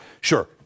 sure